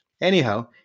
Anyhow